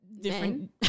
different